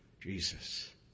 Jesus